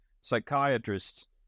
psychiatrists